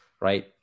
right